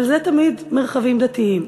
אבל זה תמיד מרחבים דתיים.